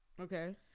Okay